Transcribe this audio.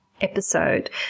Episode